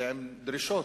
ועם דרישות.